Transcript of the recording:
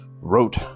wrote